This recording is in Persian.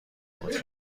بود